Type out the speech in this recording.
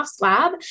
lab